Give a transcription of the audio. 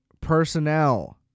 personnel